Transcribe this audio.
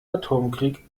atomkrieg